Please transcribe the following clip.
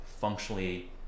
functionally